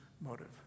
motive